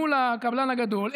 מול הקבלן הגדול,